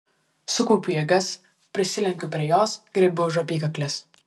sukaupiu jėgas prislenku prie jos griebiu už apykaklės